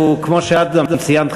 כמו שאת גם ציינת,